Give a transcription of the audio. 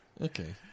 Okay